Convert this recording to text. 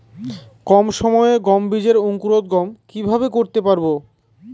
কম সময়ে গম বীজের অঙ্কুরোদগম কিভাবে করতে পারব?